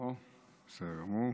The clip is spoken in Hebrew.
בסדר גמור.